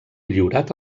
lliurat